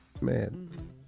man